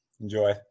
enjoy